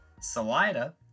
salida